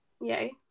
yay